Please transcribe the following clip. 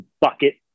bucket